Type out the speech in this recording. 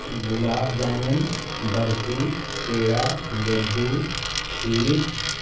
گلاب جامن برفی پٹیڑا لڈو کھیر